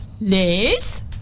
Liz